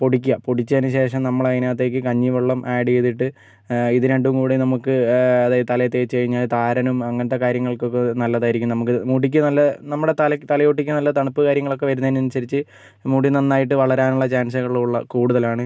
പൊടിക്കുക പൊടിച്ചതിനു ശേഷം നമ്മളതിനകത്തേക്ക് കഞ്ഞിവെള്ളം ആഡ് ചെയ്തിട്ട് ഇത് രണ്ടും കൂടി നമുക്ക് തലയിൽ തേച്ച് കഴിഞ്ഞാൽ താരനും അങ്ങനത്തെ കാര്യങ്ങൾക്കൊക്കെ നല്ലതായിരിക്കും നമുക്ക് മുടിക്ക് നല്ല നമ്മുടെ തലയ്ക്ക് തലയോട്ടിക്ക് നല്ല തണുപ്പ് കാര്യങ്ങളൊക്കെ വരുന്നതിനനുസരിച്ച് മുടി നന്നായിട്ട് വളരാനുള്ള ചാൻസുകൾ കൂടുതലാണ്